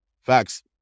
Facts